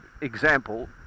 example